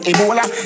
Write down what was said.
Ebola